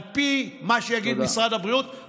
על פי מה שיגיד משרד הבריאות, תודה.